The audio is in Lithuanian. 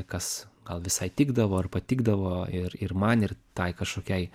kas gal visai tikdavo ir patikdavo ir ir man ir tai kažkokiai